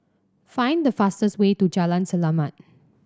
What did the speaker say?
find the fastest way to Jalan Selamat